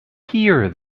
here